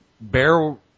Barrel